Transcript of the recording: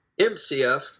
MCF